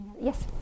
Yes